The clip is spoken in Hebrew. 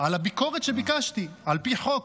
על הביקורת שביקשתי על פי חוק.